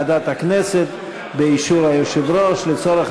מתכנסת ועדת הכנסת באישור היושב-ראש לצורך